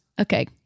okay